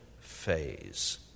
phase